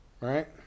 Right